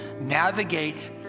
navigate